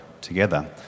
together